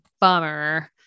bummer